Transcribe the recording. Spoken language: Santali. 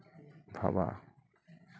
ᱛᱷᱟᱵᱟ